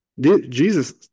Jesus